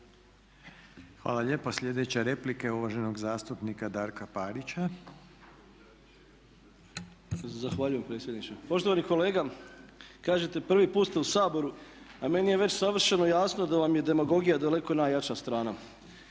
Hvala lijepa. Sljedeća replika je uvaženog zastupnika Darka Parića. **Parić, Darko (SDP)** Zahvaljujem predsjedniče. Poštovani kolega, kažete prvi put ste u Saboru, a meni je već savršeno jasno da vam je demagogija daleko najjača strana.